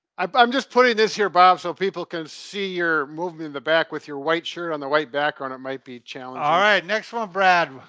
i'm i'm just putting this here, bob, so people can see your movement in the back with your white shirt on the white background, it might be challenging. all right, next one, brad,